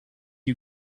you